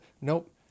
Nope